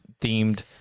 themed